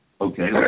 Okay